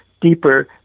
deeper